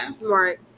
Right